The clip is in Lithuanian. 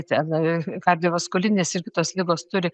ten kardiovaskulinės ir kitos ligos turi